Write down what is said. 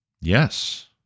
Yes